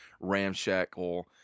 ramshackle